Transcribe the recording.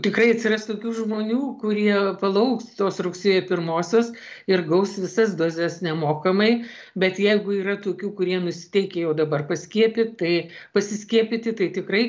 tikrai atsiras tokių žmonių kurie palauks tos rugsėjo pirmosios ir gaus visas dozes nemokamai bet jeigu yra tokių kurie nusiteikę jau dabar paskiepyt tai pasiskiepyti tai tikrai